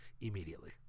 Immediately